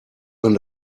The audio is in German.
man